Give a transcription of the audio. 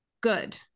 good